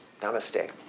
Namaste